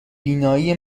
بینایی